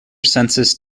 census